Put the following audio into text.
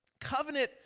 Covenant